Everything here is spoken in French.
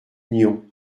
nyons